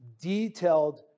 detailed